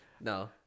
No